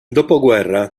dopoguerra